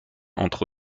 entre